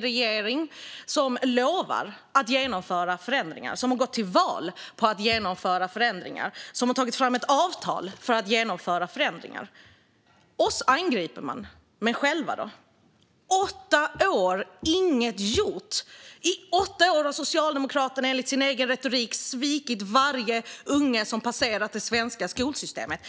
regeringsställning, som lovar - och som har gått till val på - att genomföra förändringar och som har tagit fram ett avtal för att genomföra förändringar. Oss angriper de, men vad har de själva gjort? På åtta år har ingenting blivit gjort. I åtta år har Socialdemokraterna enligt sin egen retorik svikit varje unge som passerat det svenska skolsystemet.